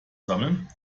sammeln